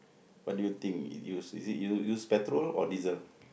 what do you think is it use petrol or diesel